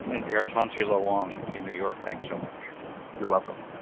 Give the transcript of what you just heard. npr's hansi lo wang in new york, thanks so much you're welcome